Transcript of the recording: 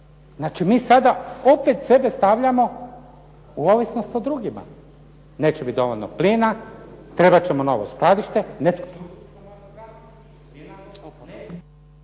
Znači, mi sada opet sebe stavljamo u ovisnost o drugima. Neće biti dovoljno plina, trebat ćemo novo skladište